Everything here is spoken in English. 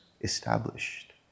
established